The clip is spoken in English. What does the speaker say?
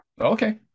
Okay